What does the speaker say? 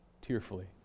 tearfully